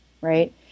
right